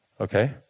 Okay